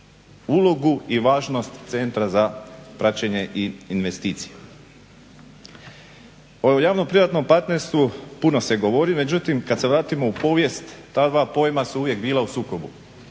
ulogu i važnost Centra za praćenje i investicije. O javno-privatnom partnerstvu puno se govori, međutim kad se vratimo u povijest ta dva pojma su uvijek bila u sukobu.